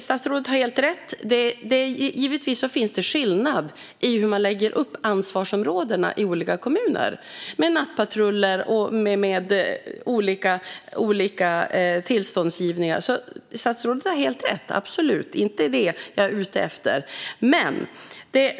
Statsrådet har helt rätt - givetvis finns det skillnad i hur man lägger upp ansvarsområdena i olika kommuner, med nattpatruller och med olika tillståndsgivningar. Statsrådet har absolut helt rätt - det är inte det jag är ute efter.